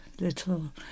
little